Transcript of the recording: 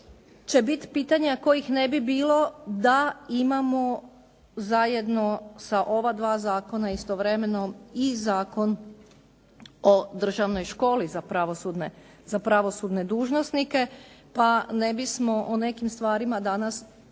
će biti pitanja kojih ne bi bilo da imamo zajedno sa ova dva zakona istovremeno i Zakon o državnoj školi za pravosudne dužnosnike pa ne bismo o nekim stvarima danas